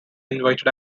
invited